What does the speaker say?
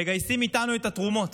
מגייסים איתנו את התרומות.